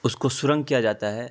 اس کو سرنگ کیا جاتا ہے